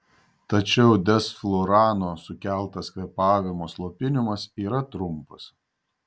tačiau desflurano sukeltas kvėpavimo slopinimas yra trumpas